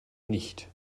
nicht